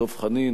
דב חנין,